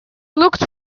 looked